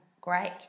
great